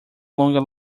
longer